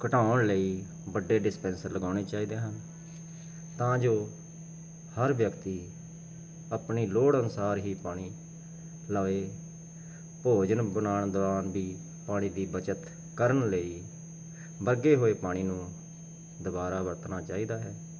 ਘਟਾਉਣ ਲਈ ਵੱਡੇ ਡਿਸਪੈਸ ਹੋਣੀ ਚਾਹੀਦੀ ਤਾਂ ਜੋ ਹਰ ਵਿਅਕਤੀ ਆਪਣੀ ਲੋੜ ਅਨੁਸਾਰ ਹੀ ਪਾਣੀ ਲਵੇ ਭੋਜਨ ਬਣਾਉਣ ਦੌਰਾਨ ਵੀ ਪਾਣੀ ਦੀ ਬੱਚਤ ਕਰਨ ਲਈ ਬਰਗੇ ਹੋਏ ਪਾਣੀ ਨੂੰ ਦੁਬਾਰਾ ਵਰਤਣਾ ਚਾਹੀਦਾ ਹੈ